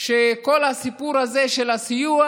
שכל הסיפור הזה של הסיוע,